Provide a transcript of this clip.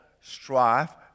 strife